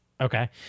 Okay